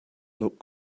looked